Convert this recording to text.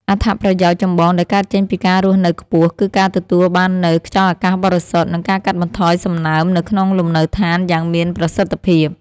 អត្ថប្រយោជន៍ចម្បងដែលកើតចេញពីការរស់នៅខ្ពស់ គឺការទទួលបាននូវ ខ្យល់អាកាសបរិសុទ្ធ និងការកាត់បន្ថយសំណើមនៅក្នុងលំនៅដ្ឋានយ៉ាងមានប្រសិទ្ធភាព។